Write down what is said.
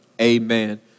Amen